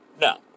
No